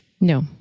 No